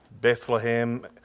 Bethlehem